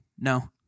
No